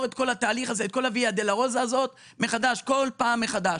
את כל דרך הייסורים הזאת כל פעם מחדש.